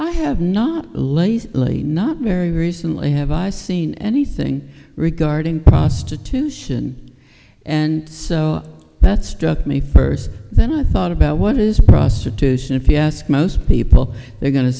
i have not least not very recently have i seen anything regarding prostitution and so that struck me first then i thought about what is prostitution if you ask most people they're going to